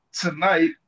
tonight